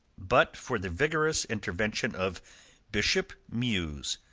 but for the vigorous intervention of bishop mews,